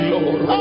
Lord